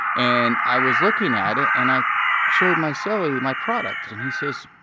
and i was looking at it, and i showed my so cellie my product, and he says,